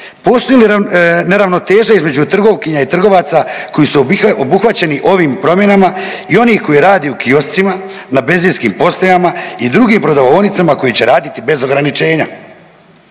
postoji li neravnoteža između trgovkinja i trgovaca koji su obuhvaćeni ovim promjenama i onih koji rade u kioscima, na benzinskim postajama i drugim prodavaonicama koje će raditi bez ograničenja.